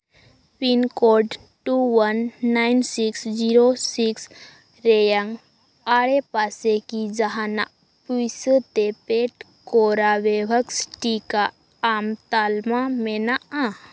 pin code two one nine six zero six ᱨᱮᱭᱟᱝ ᱟᱰᱮ ᱯᱟᱥᱮ ᱠᱤ ᱡᱟᱦᱟᱱᱟᱜ ᱯᱩᱭᱥᱟᱹ ᱛᱮ ᱯᱮᱰ ᱠᱚᱨᱟᱣ ᱵᱷᱮᱠᱥ ᱴᱤᱠᱟ ᱟᱢ ᱛᱟᱞᱢᱟ ᱢᱮᱱᱟᱜᱼᱟ